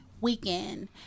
weekend